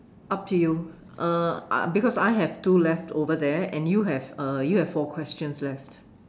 up to you uh because I have two left over there and you have uh you have four questions left